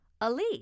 Ali